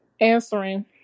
answering